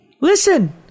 listen